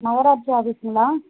நகராட்சி ஆஃபிஸுங்களா